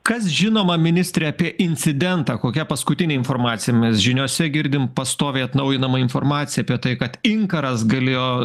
kas žinoma ministre apie incidentą kokia paskutinė informacija mes žiniose girdim pastoviai atnaujinama informacija apie tai kad inkaras galėjo